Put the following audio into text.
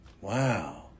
Wow